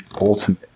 ultimate